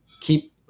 keep